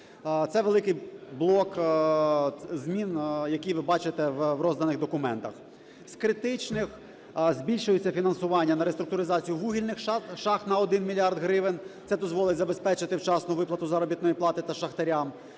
Це великий блок змін, який ви бачите в розданих документах. З критичних: збільшується фінансування на реструктуризацію вугільних шахт на 1 мільярд гривень, це дозволить забезпечити вчасну виплату заробітної плати шахтарям;